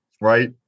right